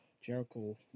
jericho